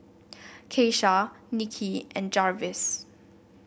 Keisha Nikki and Jarvis